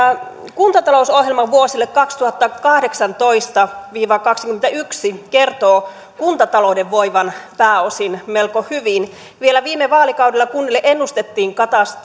kuntatalousohjelma vuosille kaksituhattakahdeksantoista viiva kaksikymmentäyksi kertoo kuntatalouden voivan pääosin melko hyvin vielä viime vaalikaudella kunnille ennustettiin